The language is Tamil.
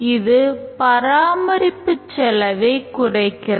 இது பராமரிப்புச் செலவைக் குறைக்கிறது